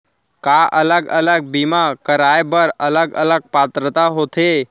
का अलग अलग बीमा कराय बर अलग अलग पात्रता होथे?